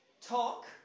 talk